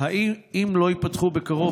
5. אם לא ייפתחו בקרוב,